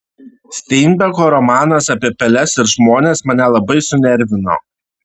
steinbeko romanas apie peles ir žmones mane labai sunervino